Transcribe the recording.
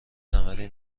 ثمری